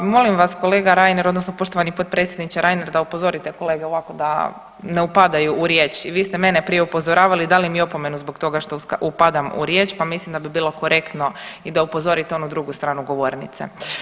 Molim vas kolega Reiner odnosno poštovani potpredsjedniče Reiner da upozorite kolege ovako da ne upadaju u riječ i vi ste mene prije upozoravali i dali mi opomenu zbog toga što upadam u riječ, pa mislim da bi bilo korektno i da upozorite onu drugu stranu govornice.